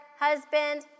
husband